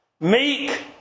Meek